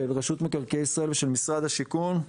רשות מקרקעי ישראל ושל משרד השיכון.